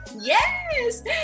Yes